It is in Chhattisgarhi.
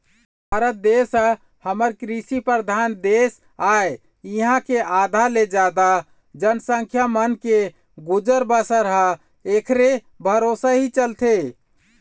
भारत देश ह हमर कृषि परधान देश आय इहाँ के आधा ले जादा जनसंख्या मन के गुजर बसर ह ऐखरे भरोसा ही चलथे